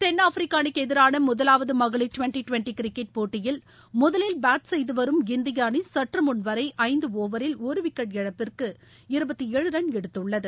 தென்னாப்பிரிக்கா அணிக்கு எதிரான முதவாவது மகளிர் டுவெண்டி டுவெண்டி கிரிக்கெட் போட்டியில் முதலில் பேட் செய்து வரும் இந்திய அணி சற்று முன் வரை ஒவரில் விக்கெட் இழப்பிற்கு இழப்பின்றி ரன் எடுத்துள்ளது